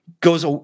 goes